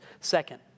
Second